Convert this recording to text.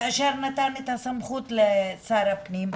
כאשר נתן את הסמכות לשר הפנים,